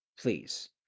Please